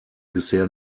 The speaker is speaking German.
bisher